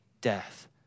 death